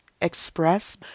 express